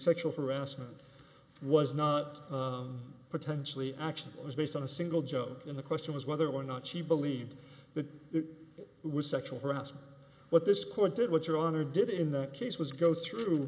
sexual harassment was not potentially action it was based on a single job in the question was whether or not she believed that it was sexual harassment what this court did what your honor did in the case was go through